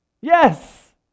Yes